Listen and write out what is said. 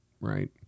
right